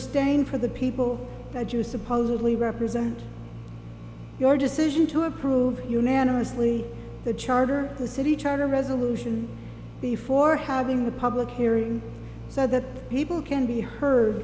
staying for the people that you supposedly represent your decision to approve unanimously the charter the city charter resolution before having the public hearing so that people can be he